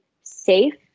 safe